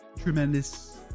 tremendous